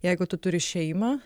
jeigu tu turi šeimą